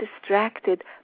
distracted